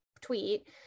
tweet